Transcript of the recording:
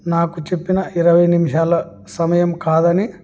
నాకు చెప్పిన ఇరవై నిమిషాల సమయం కాదని